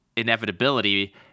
inevitability